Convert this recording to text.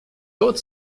тот